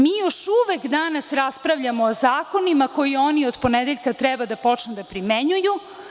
Mi još uvek danas raspravljamo o zakonima koji oni od ponedeljka treba da počnu da primenjuju.